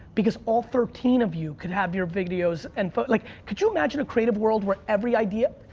because all thirteen of you could have your videos and, like, could you imagine a creative world where every idea,